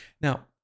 Now